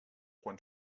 quan